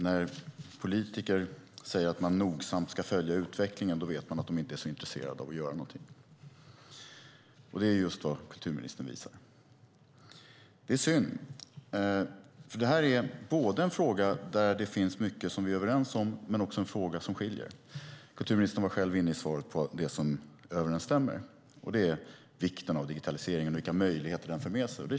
När politiker säger att de nogsamt ska följa utvecklingen vet man att de inte är så intresserade av att göra någonting, och det är just vad kulturministern visar. Det är synd, för det här är både en fråga där vi är överens om mycket och en fråga där vi skiljer oss åt. Kulturministern var i svaret inne på det som överensstämmer, och det är vikten av digitaliseringen och vilka möjligheter den för med sig.